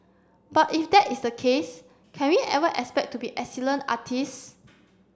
but if that is the case can we ever expect to be excellent artists